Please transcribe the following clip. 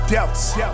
Doubts